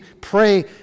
pray